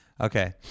Okay